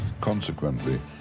consequently